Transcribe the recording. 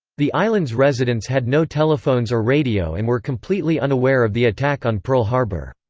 the island's residents had no telephones or radio and were completely unaware of the attack on pearl harbor.